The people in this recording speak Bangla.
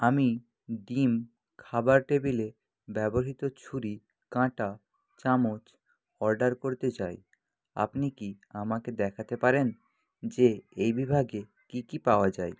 আমি ডিম খাবার টেবিলে ব্যবহৃত ছুরি কাঁটা চামচ অর্ডার করতে চাই আপনি কি আমাকে দেখাতে পারেন যে এই বিভাগে কি কি পাওয়া যায়